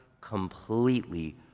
completely